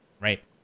right